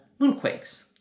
moonquakes